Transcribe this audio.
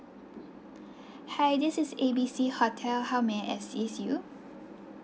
hi this is A B C hotel how may I assist you